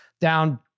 down